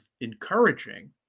encouraging